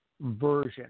version